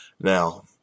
Now